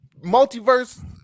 multiverse